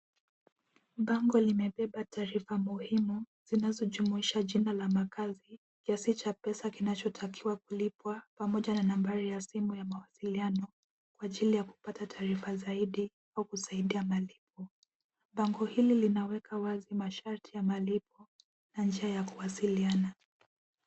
Bango limebeba taarifa muhimu zinazojumuisha jina la makazi, kiasi cha pesa kinachotakiwa kulipwa, pamoja na nambari ya simu ya mawasiliano kwa ajili ya kupata taarifa zaidi au kusaidia malipo. Bango hili linaweka wazi masharti ya malipo na njia ya kuwasiliana.